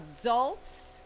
adults